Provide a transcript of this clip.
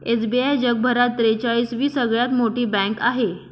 SBI जगभरात त्रेचाळीस वी सगळ्यात मोठी बँक आहे